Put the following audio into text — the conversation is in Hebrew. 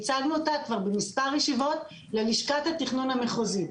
הצגנו אותה כבר במספר ישיבות ללשכת התכנון המחוזי.